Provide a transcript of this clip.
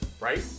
right